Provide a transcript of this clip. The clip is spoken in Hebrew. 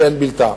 שאין בלתה.